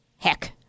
Heck